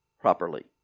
properly